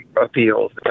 appeals